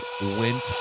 went